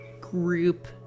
group